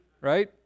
Right